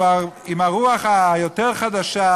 עם הרוח היותר-חדשה,